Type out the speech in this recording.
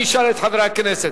אני אשאל את חברי הכנסת.